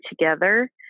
together